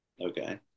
okay